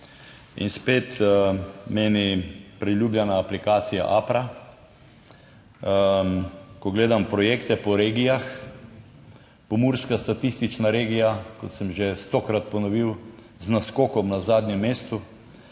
In spet meni priljubljena aplikacija Apra, ko gledam projekte po regijah, pomurska statistična regija, kot sem že stokrat ponovil, z naskokom na zadnjem mestu